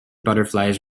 butterflies